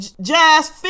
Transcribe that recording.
Jazz